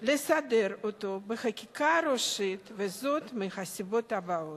לסדר אותו בחקיקה הראשית, וזאת מהסיבות הבאות: